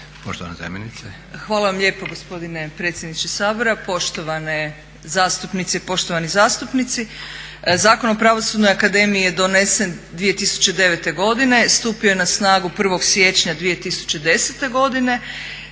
Kunšt, Sandra** Hvala vam lijepo gospodine predsjedniče Sabora, poštovane zastupnice i poštovani zastupnici. Zakon o Pravosudnoj akademiji je donesen 2009. godine. Stupio je na snagu 1. siječnja 2010. godine.